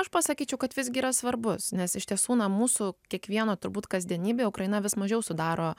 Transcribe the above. aš pasakyčiau kad visgi yra svarbus nes iš tiesų na mūsų kiekvieno turbūt kasdienybėj ukraina vis mažiau sudaro